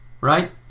right